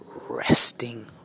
resting